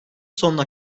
sonuna